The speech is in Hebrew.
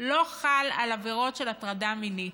לא חל על העבירות של הטרדה מינית,